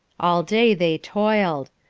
all day they toiled.